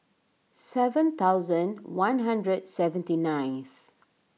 seven thousand one hundred seventy ninth